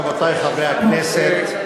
רבותי חברי הכנסת,